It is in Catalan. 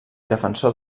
defensor